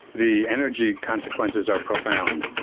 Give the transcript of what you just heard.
the energy consequences are profound.